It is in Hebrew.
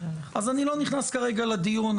אז אני לא נכנס כרגע לדיון.